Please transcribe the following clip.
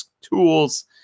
tools